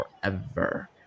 forever